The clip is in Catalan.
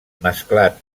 mesclat